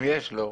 אם יש לו,